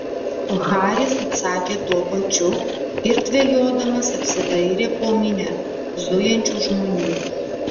haris atsakė tuo pačiu ir dvejodamas apsidairė po minią zujančių žmonių